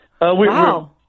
Wow